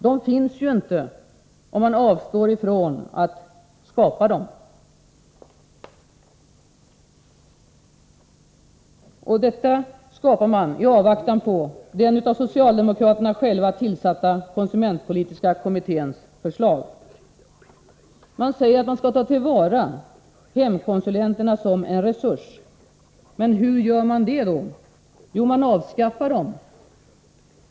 De finns ju inte, om man avstår från att skapa dem — i avvaktan på den av socialdemokraterna själva tillsatta konsumentpolitiska kommitténs förslag! Man säger att man skall ta till vara hemkonsulenterna som en resurs. Men hur gör man det då? Jo, man avskaffar dem!